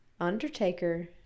Undertaker